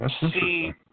see